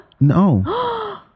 No